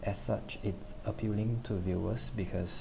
as such it's appealing to viewers because